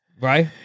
Right